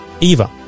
Eva